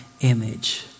image